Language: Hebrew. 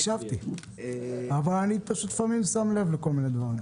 הקשבתי, אבל לפעמים אני שם לב לכל מיני דברים.